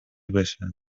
بشه